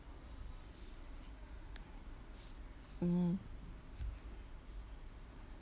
mm